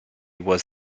was